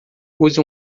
use